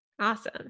Awesome